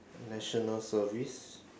national service